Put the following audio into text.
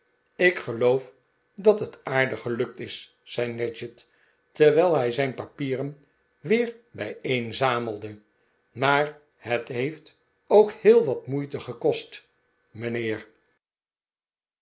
ik geloof dat het aardig gelukt is zei nadgett terwijl hij zijn papieren weer bijeenzamelde maar het heeft ook heel wat moeite gekost mijnheer